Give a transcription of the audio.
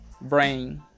brain